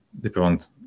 different